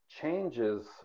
changes